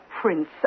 prince